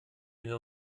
den